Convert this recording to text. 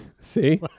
See